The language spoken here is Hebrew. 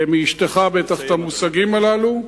מאשתך בטח, את המושגים הללו,